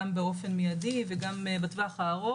גם באופן מידי וגם בטווח הארוך,